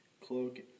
cloak